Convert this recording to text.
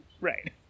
Right